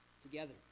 together